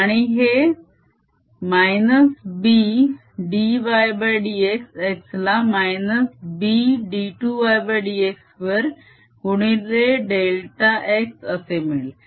आणि हे -B dydx x ला B d2ydx2 गुणिले डेल्टा x असे मिळेल